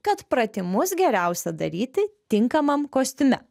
kad pratimus geriausia daryti tinkamam kostiume